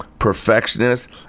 Perfectionist